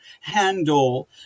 handle